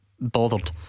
Bothered